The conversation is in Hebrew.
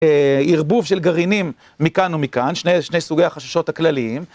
ערבוב של גרעינים מכאן ומכאן, שני שני סוגי החששות הכלליים.